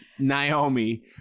Naomi